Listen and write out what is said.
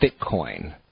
Bitcoin